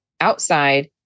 outside